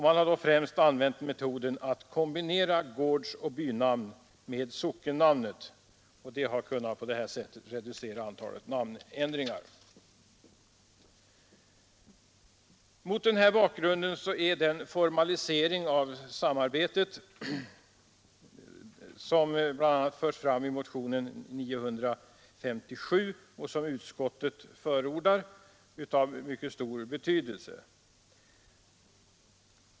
Det är främst metoden att kombinera gårdsoch bynamn med sockennamnet som kunnat reducera antalet namnändringar. Mot den här bakgrunden är den formalisering av samarbetet som bl.a. föreslås i motionen 957 och som utskottet förordar av mycket stor betydelse.